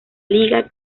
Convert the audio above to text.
liga